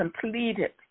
completed